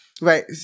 Right